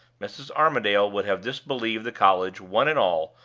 mrs. armadale would have disbelieved the college, one and all,